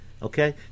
okay